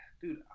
dude